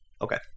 Okay